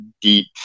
deep